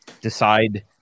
decide